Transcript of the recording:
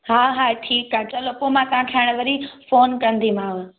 हा हा ठीकु आहे चलो पोइ मां तव्हांखे हाणे वरी फ़ोन कंदीमांव